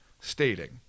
stating